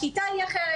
השיטה היא אחרת,